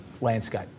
landscape